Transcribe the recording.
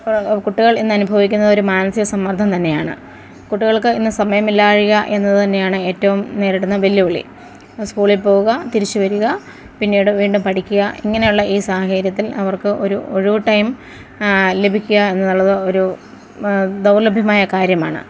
ഇപ്പോൾ കുട്ടികൾ ഇന്നനുഭവിക്കുന്ന ഒരു മാനസിക സമ്മർദ്ദം തന്നെയാണ് കുട്ടികൾക്ക് ഇന്ന് സമയമില്ലായ്ക എന്നതുതന്നെയാണ് ഏറ്റവും നേരിടുന്ന വെല്ലുവിളി സ്കൂളിൽ പോകുക തിരിച്ചുവരിക പിന്നീടു വീണ്ടും പ ഠിക്കുക ഇങ്ങനെയുള്ള ഈ സാഹര്യത്തിൽ അവർക്ക് ഒരു ഒഴിവു ടൈം ലഭിക്കുക എന്നതുള്ളത് ഒരു ദൗർലഭ്യമായ കാര്യമാണ്